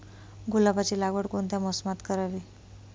गुलाबाची लागवड कोणत्या मोसमात करावी?